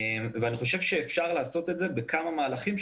אני חושב שאפשר לעשות את זה בכמה מהלכים.